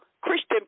Christian